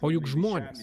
o juk žmonės